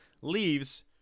leaves